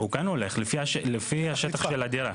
הוא כן הולך, לפי השטח של הדירה.